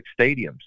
stadiums